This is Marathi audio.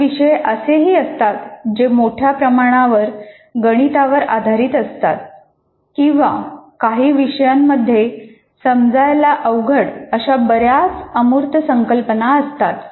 काही विषय असेही असतात जे मोठ्या प्रमाणावर गणितावर आधारित असतात किंवा काही विषयांमध्ये समजायला अवघड अशा बऱ्याच अमूर्त संकल्पना असतात